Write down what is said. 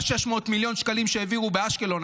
ה-600 מיליון שקלים שהעבירו באשקלון,